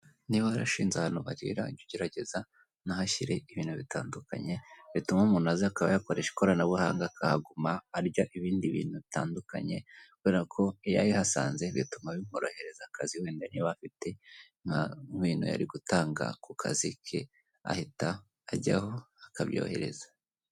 Niba warashinze ahantu barira, jya ugerageza unahashyire ibintu bitandukanye bituma umuntu aza akaba yakoresha ikoranabuhanga akahaguma, arya ibindi bintu bitandukanye, kubera ko iyo ayihasanze bituma bimworohereza akazi, wenda niba afite nk'ibintu yari gutanga ku kazi ke, ahita ajyaho akabyohereza.